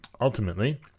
ultimately